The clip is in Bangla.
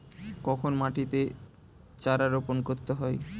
কখন মাটিতে চারা রোপণ করতে হয়?